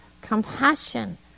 compassion